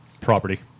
property